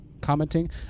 commenting